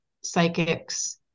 psychics